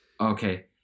okay